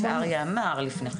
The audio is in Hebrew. מה שאריה אמר לפני כן.